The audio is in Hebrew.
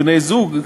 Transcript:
בני-זוג,